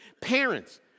Parents